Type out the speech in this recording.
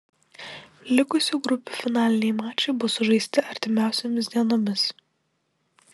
likusių grupių finaliniai mačai bus sužaisti artimiausiomis dienomis